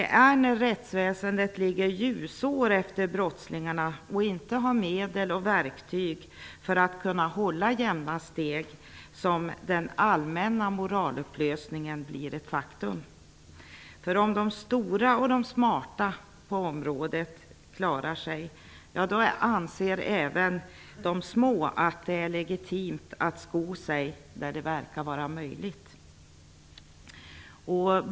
Men det är när rättsväsendet ligger ljusår efter brottslingarna och inte har medel och verktyg för att kunna hålla jämna steg som den allmänna moralupplösningen blir ett faktum. Om de stora och smarta på området klarar sig, anser även de små att det är legitimt att sko sig där det verkar vara möjligt.